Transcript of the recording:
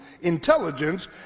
intelligence